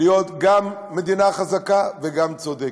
להיות גם מדינה חזקה וגם צודקת,